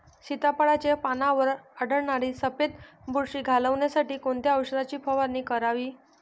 सीताफळाचे पानांवर आढळणारी सफेद बुरशी घालवण्यासाठी कोणत्या औषधांची फवारणी करावी?